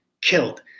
killed